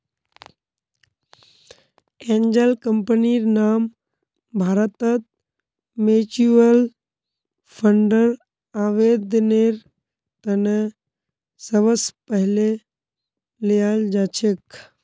angel कम्पनीर नाम भारतत म्युच्युअल फंडर आवेदनेर त न सबस पहले ल्याल जा छेक